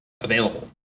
available